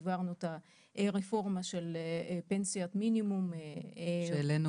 העברנו את הרפורמה של פנסיית מינימום --- שהעלנו